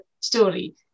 story